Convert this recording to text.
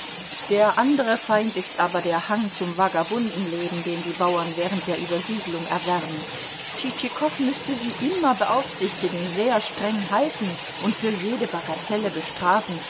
der andere feind ist aber der hang zum vagabundenleben den die bauern während der übersiedlung erwerben tschitschikow müßte sie immer beaufsichtigen sehr streng halten und für jede bagatelle bestrafen